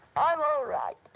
ah um all right.